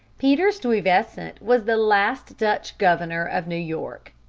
peter stuyvesant was the last dutch governor of new york.